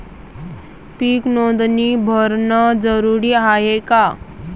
पीक नोंदनी भरनं जरूरी हाये का?